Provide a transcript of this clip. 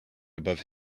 above